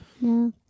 No